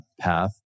path